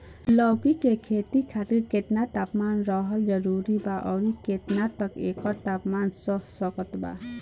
लौकी के खेती खातिर केतना तापमान रहल जरूरी बा आउर केतना तक एकर तापमान सह सकत बा?